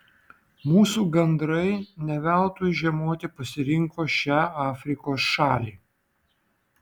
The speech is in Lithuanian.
mūsų gandrai ne veltui žiemoti pasirinko šią afrikos šalį